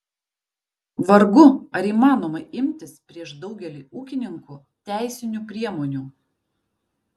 vargu ar įmanoma imtis prieš daugelį ūkininkų teisinių priemonių